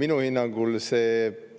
Minu hinnangul